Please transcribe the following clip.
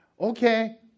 okay